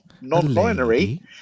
non-binary